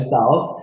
South